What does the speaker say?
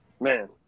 Man